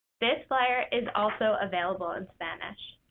this flyer is also available in spanish.